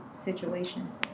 situations